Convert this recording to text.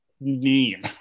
name